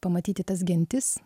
pamatyti tas gentis